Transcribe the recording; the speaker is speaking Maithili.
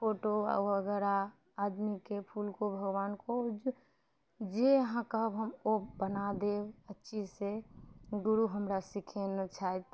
फोटो वगैरह आदमीके फूल को भगवान को जे अहाँ कहब हम ओ बना देब अच्छी से गुरु हमरा सीखेने छथि